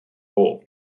hall